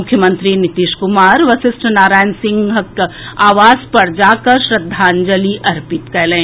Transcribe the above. मुख्यमंत्री नीतीश कुमार वशिष्ठ नारायण सिंह के आवास पर जाकऽ हुनका श्रद्वांजलि अर्पित कयलनि